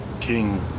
king